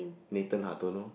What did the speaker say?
Nathon-Hartono